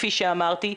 כפי שאמרתי,